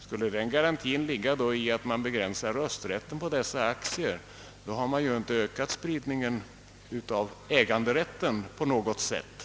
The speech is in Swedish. Skulle den ga rantin ligga i att rösträtten på dessa aktier begränsas, så har man väl inte genom sitt förslag ökat spridningen av äganderätten,